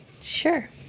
Sure